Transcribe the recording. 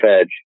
edge